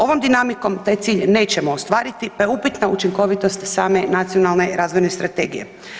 Ovom dinamikom taj cilj nećemo ostvariti pa je upitna učinkovitost same Nacionalne razvojne strategije.